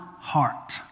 heart